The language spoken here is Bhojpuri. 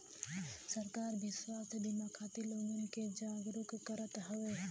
सरकार भी स्वास्थ बिमा खातिर लोगन के जागरूक करत हउवे